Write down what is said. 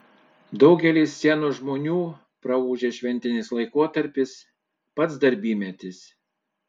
daugeliui scenos žmonių praūžęs šventinis laikotarpis pats darbymetis